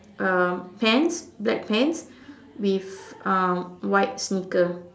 um pants black pants with um white sneaker